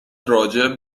راجع